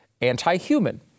anti-human